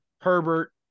Herbert